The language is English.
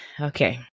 okay